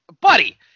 buddy